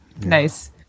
nice